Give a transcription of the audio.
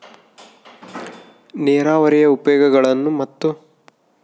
ನೇರಾವರಿಯ ಉಪಯೋಗಗಳನ್ನು ಮತ್ತು?